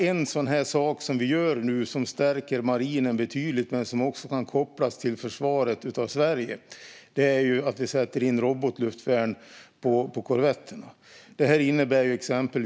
En sak som vi gör nu som stärker marinen och som också kan kopplas till försvaret av Sverige är att sätta in robotluftvärn på korvetterna.